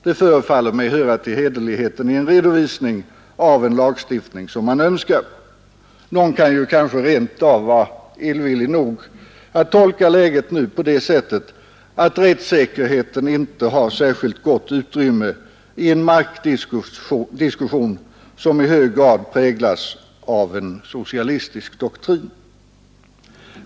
Det förefaller mig höra till hederlighet i en redovisning av en lagstiftning som man önskar. Man kan kanske rentav vara illvillig nog att tolka läget nu på det sättet att rättssäkerheten inte har särskilt gott utrymme i en markdiskussion som i hög grad präglas av en socialistisk doktrin.